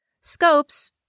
Scopes